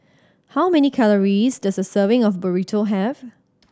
how many calories does a serving of Burrito have